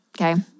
okay